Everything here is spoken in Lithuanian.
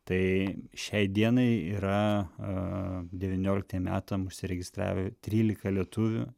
tai šiai dienai yra devynioliktiem metam užsiregistravę trylika lietuvių